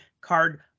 card